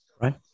Right